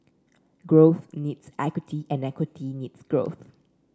growth needs equity and equity needs growth